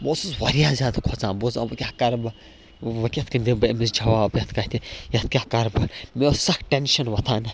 بہٕ اوسُس واریاہ زیادٕ کھۄژان بہٕ اوسُس دَپان بہٕ کیٛاہ کَرٕ بہٕ وۄںۍ کِتھ کٔنۍ دِمہٕ بہٕ أمِس جواب یَتھ کَتھِ یَتھ کیٛاہ کَرٕ بہٕ مےٚ اوس سَکھ ٹٮ۪نشَن وۄتھان